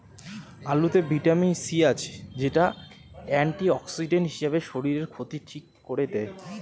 আলুতে vitamin C আছে, যেটা অ্যান্টিঅক্সিডেন্ট হিসাবে শরীরের ক্ষতি ঠিক কোরে দেয়